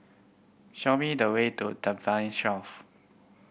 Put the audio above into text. show me the way to Tampine